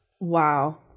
Wow